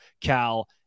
Cal